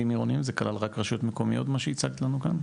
רק רשויות מקומיות מה שהצגת לנו כאן?